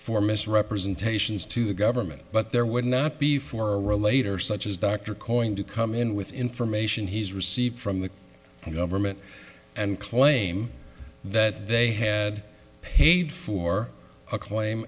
for misrepresentations to the government but there would not be for a relator such as doctor calling to come in with information he's received from the government and claim that they had paid for a claim